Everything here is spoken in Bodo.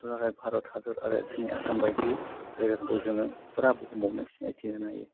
दुलाराइ भारत हादर आरो जोंनि आसाम बायदि जायगाखौ जोङो फुरा बुहुमावनो सिनाइथि होनो हायो